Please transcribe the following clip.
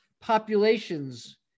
populations